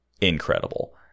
incredible